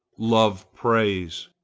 love prays.